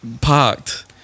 parked